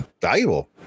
valuable